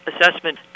assessment